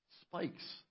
spikes